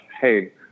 hey